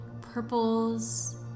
purples